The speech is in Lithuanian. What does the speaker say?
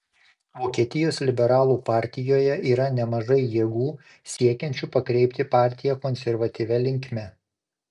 vokietijos liberalų partijoje yra nemažai jėgų siekiančių pakreipti partiją konservatyvia linkme